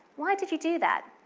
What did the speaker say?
why did you do that?